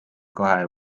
kahe